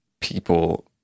people